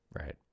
Right